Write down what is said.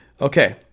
Okay